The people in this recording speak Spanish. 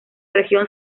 región